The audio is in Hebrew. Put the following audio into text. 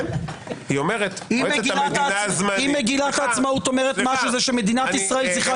אם מגילת העצמאות אומרת משהו ושמדינת ישראל צריכה